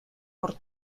por